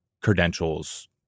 credentials